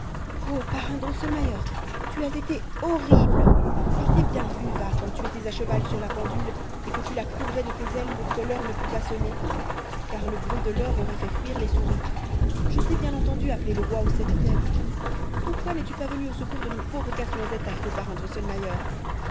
oh parrain drosselmayer tu as été horrible je t'ai bien vu va quand tu étais à cheval sur la pendule et que tu la couvrais de tes ailes pour que l'heure ne pût pas sonner car le bruit de l'heure aurait fait fuir les souris je t'ai bien entendu appeler le roi aux sept têtes pourquoi n'es-tu pas venu au secours de mon pauvre casse-noisette affreux